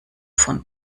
von